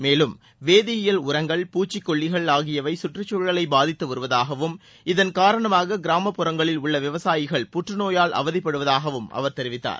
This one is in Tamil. மேலும் வேதியல் உரங்கள் பூச்சிக்கொல்லிகள் ஆகியவை கற்றுச்சூழலை பாதித்து வருவதாகவும் இதன் காரணமாக கிராம்புறங்களில் உள்ள விவசாயிகள் புற்று நோயால் அவதிப்பட்டு வருவதாகவும் அவர் தெரிவித்தார்